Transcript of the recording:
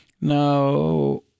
Now